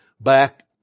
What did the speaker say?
back